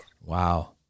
Wow